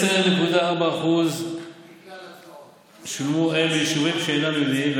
10.4% שולמו ביישובים שאינם יהודיים,